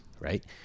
right